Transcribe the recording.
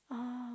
uh